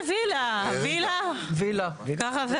לימור סון הר מלך (עוצמה יהודית): איזו וילה?